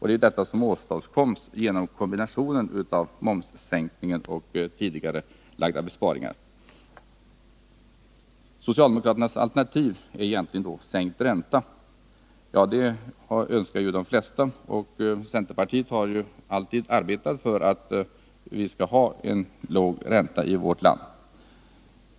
Det är detta som åstadkoms genom kombinationen av momssänkningen och tidigareläggningen av besparingar. Socialdemokraternas alternativ är egentligen sänkning av räntan. Det önskar de flesta, och centerpartiet har alltid arbetat för att vi skall ha låg ränta i vårt land.